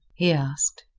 he asked.